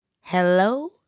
Hello